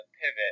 pivot